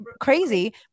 crazy